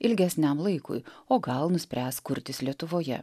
ilgesniam laikui o gal nuspręs kurtis lietuvoje